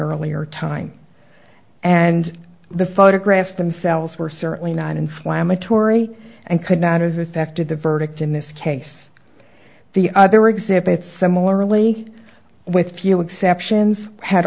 earlier time and the photographs themselves were certainly not inflammatory and could not as affected the verdict in this case the other exhibit similarly with few exceptions had